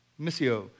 Missio